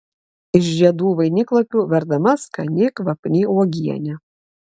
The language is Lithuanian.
iš žiedų vainiklapių verdama skani kvapni uogienė